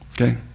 Okay